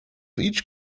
each